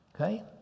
Okay